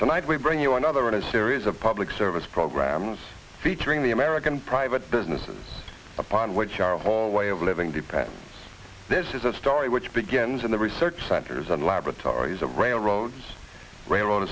tonight we bring you another in a series of public service programs featuring the american private businesses upon which our whole way of living depicts this is a story which begins in the research centers on laboratories of railroads railroad